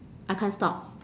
I can't stop